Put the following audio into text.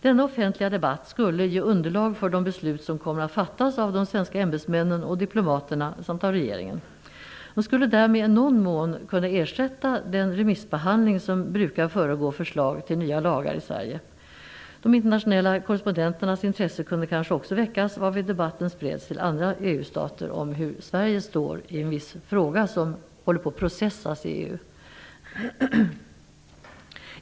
Denna offentliga debatt skulle ge underlag för de beslut som kommer att fattas av de svenska ämbetsmännen och diplomaterna samt av regeringen. Det skulle därmed i någon mån kunna ersätta den remissbehandling som brukar föregå förslag till nya lagar i Sverige. De internationella korrespondenternas intresse kunde kanske också väckas, varvid debatten spreds till andra EU-stater om hur Sverige står i en viss fråga som håller på att "processas" i EU.